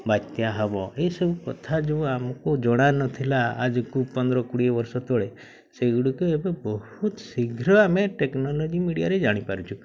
ବାତ୍ୟା ହେବ ଏସବୁ କଥା ଯେଉଁ ଆମକୁ ଜଣା ନଥିଲା ଆଜିକୁ ପନ୍ଦର କୋଡ଼ିଏ ବର୍ଷ ତଳେ ସେଗୁଡ଼ିକ ଏବେ ବହୁତ ଶୀଘ୍ର ଆମେ ଟେକ୍ନୋଲୋଜି ମିଡ଼ିଆରେ ଜାଣିପାରୁଛୁ